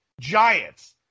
giants